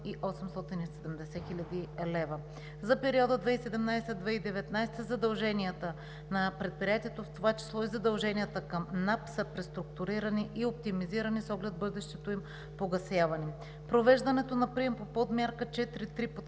870 хил. лв. За периода 2017 – 2019 г. задълженията на предприятието, в това число и задълженията към НАП, са преструктурирани и оптимизирани с оглед бъдещото им погасяване. Провеждането на прием по Подмярка 4.3 –